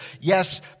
Yes